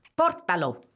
Portalo